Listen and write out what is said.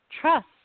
trust